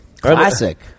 classic